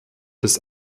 des